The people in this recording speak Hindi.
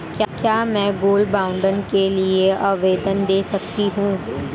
क्या मैं गोल्ड बॉन्ड के लिए आवेदन दे सकती हूँ?